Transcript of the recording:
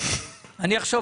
אני מדבר